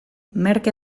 merke